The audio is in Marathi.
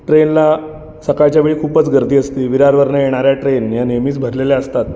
ट्रेनला सकाळच्या वेळी खूपच गर्दी असते विरारवरनं येणाऱ्या ट्रेन या नेहमीच भरलेल्या असतात